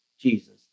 Jesus